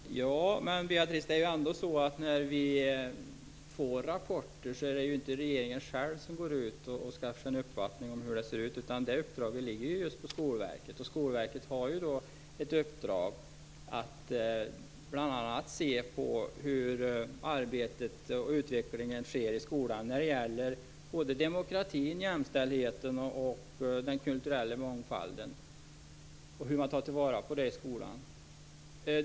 Herr talman! Men det är ändå så, Beatrice Ask, att när vi får rapporter är det inte regeringen själv som skaffar sig en uppfattning om hur det ser ut, utan det uppdraget ligger just på Skolverket. Skolverket har ett uppdrag att bl.a. se på arbetet och utvecklingen i skolan när det gäller både demokratin, jämställdheten och den kulturella mångfalden och hur man tar till vara det i skolan.